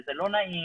זה לא נעים,